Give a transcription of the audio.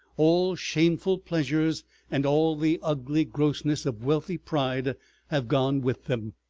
all shameful pleasures and all the ugly grossness of wealthy pride have gone with them,